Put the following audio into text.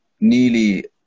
nearly